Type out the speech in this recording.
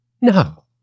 No